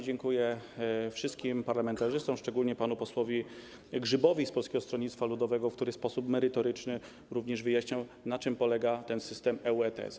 Dziękuję wszystkim parlamentarzystom, szczególnie panu posłowi Grzybowi z Polskiego Stronnictwa Ludowego, który również w sposób merytoryczny wyjaśniał, na czym polega system EU ETS.